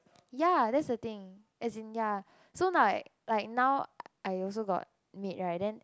ya that's the thing as in ya so like like now I also got maid right then